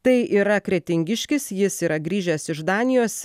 tai yra kretingiškis jis yra grįžęs iš danijos